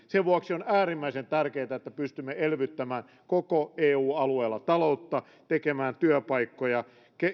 sen vuoksi on äärimmäisen tärkeätä että pystymme elvyttämään koko eu alueella taloutta tekemään työpaikkoja ja